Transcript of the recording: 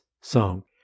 song